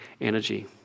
energy